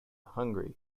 hungry